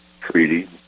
treaty